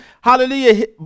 hallelujah